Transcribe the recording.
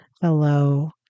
hello